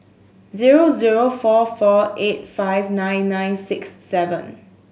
zero zero four four eight five nine nine six seven